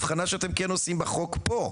הבחנה שאתם כן עושים בחוק פה,